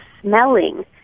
smelling